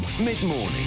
Mid-Morning